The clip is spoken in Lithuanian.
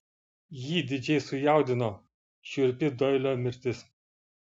jį didžiai sujaudino šiurpi doilio mirtis